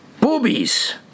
Boobies